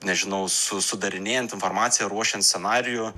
nežinau su sudarinėjant informaciją ruošiant scenarijų